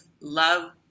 love